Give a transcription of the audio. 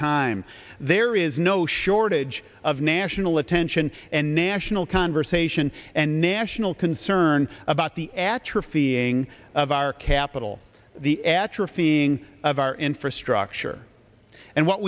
time there is no shortage of national attention and national conversation and national concern about the atrophying of our capital the atrophying of our infrastructure and what